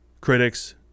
critics